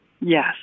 Yes